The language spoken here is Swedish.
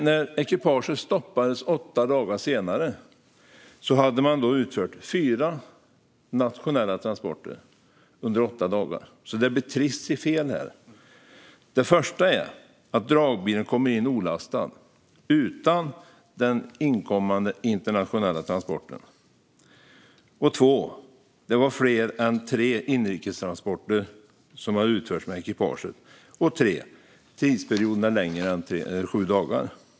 När ekipaget stoppades åtta dagar senare hade man utfört fyra nationella transporter under åtta dagar. Det blir alltså triss i fel här. Det första är att dragbilen kommer in olastad, utan den inkommande internationella transporten. Det andra är att fler än tre inrikestransporter utförs med ekipaget. Det tredje är att tidsperioden är längre än sju dagar.